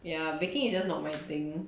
ya baking is just not my thing